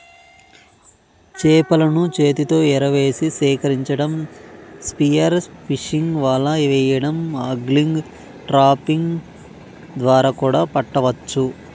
చేపలను చేతితో ఎరవేసి సేకరించటం, స్పియర్ ఫిషింగ్, వల వెయ్యడం, ఆగ్లింగ్, ట్రాపింగ్ ద్వారా కూడా పట్టవచ్చు